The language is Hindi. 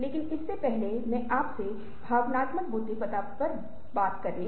हम महोल का नॉनवर्बल कम्युनिकेशन और कई अन्य चीजों को भी ध्यान में रख रहे हैं